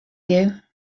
you